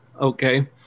Okay